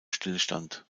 stillstand